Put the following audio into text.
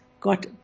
got